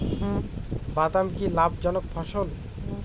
বাদাম কি লাভ জনক ফসল?